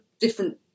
different